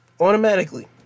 Automatically